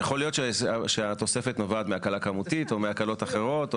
יכול להיות שהתוספת נובעת מהקלה כמותית או מהקלות אחרות,